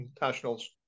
nationals